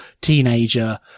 teenager